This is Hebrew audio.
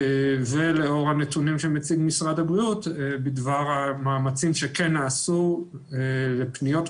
ולאור הנתונים שמציג משרד הבריאות בדבר המאמצים שכן נעשו לפניות,